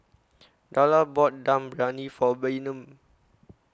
Darla bought Dum Briyani For Bynum